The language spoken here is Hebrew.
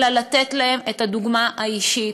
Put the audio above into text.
אלא לתת להם את הדוגמה האישית.